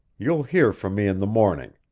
you'll hear from me in the morning.